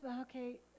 okay